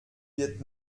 wird